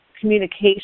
communication